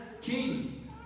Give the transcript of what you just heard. King